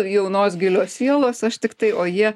jaunos gilios sielos aš tiktai o jie